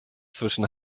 zwischen